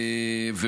כמובן,